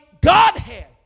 Godhead